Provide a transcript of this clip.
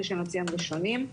ראשון לציון ראשונים,